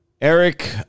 Eric